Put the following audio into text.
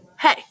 Hey